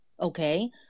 okay